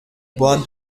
bois